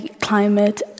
climate